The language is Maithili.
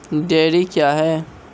डेयरी क्या हैं?